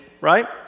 right